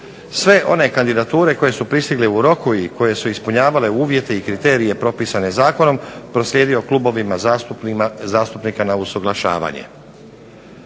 sve one kandidature koje su pristigle u roku i koje su ispunjavale uvjete i kriterije propisane zakonom proslijedio klubovima zastupnika na usuglašavanje.